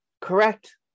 correct